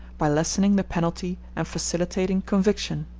by lessening the penalty and facilitating conviction.